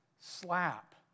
slap